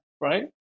right